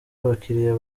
abakiliya